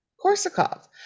Korsakov